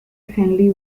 henley